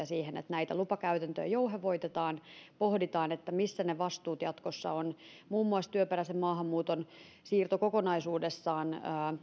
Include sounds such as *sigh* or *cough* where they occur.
*unintelligible* siihen että näitä lupakäytäntöjä jouhevoitetaan ja pohditaan missä ne vastuut jatkossa ovat muun muassa työperäisen maahanmuuton siirto kokonaisuudessaan